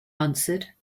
answered